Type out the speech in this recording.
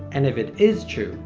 and if it is true,